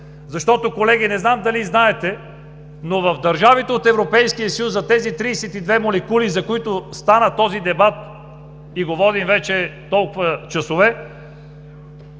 Колеги, не знам дали знаете, но в държавите от Европейския съюз за тези 32 молекули, за които става дебатът и го водим вече толкова часове,